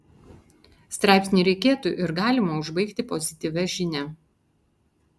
straipsnį reikėtų ir galima užbaigti pozityvia žinia